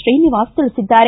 ಶ್ರೀನಿವಾಸ್ ತಿಳಿಸಿದ್ದಾರೆ